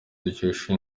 dukesha